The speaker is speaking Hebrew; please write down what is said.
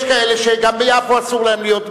יש כאלה שגם ביפו אסור להם להיות,